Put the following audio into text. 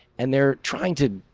and they're trying to,